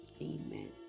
Amen